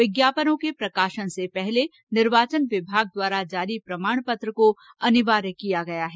विज्ञापनों के प्रकाशनों से पूर्व निर्वाचन विभाग द्वारा जारी प्रमाण पत्र को अनिवार्य किया गया है